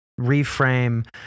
reframe